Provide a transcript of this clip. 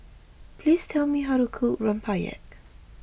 please tell me how to cook Rempeyek